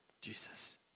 Jesus